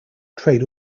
trade